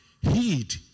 heed